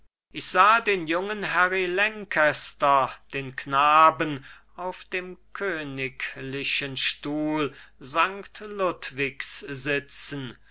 ich sah den jungen harry lancaster den knaben auf dem königlichen stuhl sankt ludwigs sitzen